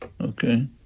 Okay